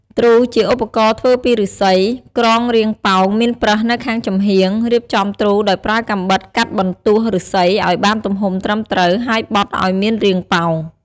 ទ្រូ ជាឧបករណ៍ធ្វើពីឫស្សី ក្រងរាងប៉ោងមានប្រឹសនៅខាងចំហៀង រៀបចំទ្រូដោយប្រើកាំបិតកាត់បន្ទោះឫស្សីឲ្យបានទំហំត្រឹមត្រូវ ហើយបត់ឲ្យមានរាងប៉ោង។